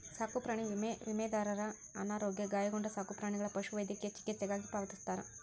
ಸಾಕುಪ್ರಾಣಿ ವಿಮೆ ವಿಮಾದಾರರ ಅನಾರೋಗ್ಯ ಗಾಯಗೊಂಡ ಸಾಕುಪ್ರಾಣಿಗಳ ಪಶುವೈದ್ಯಕೇಯ ಚಿಕಿತ್ಸೆಗಾಗಿ ಪಾವತಿಸ್ತಾರ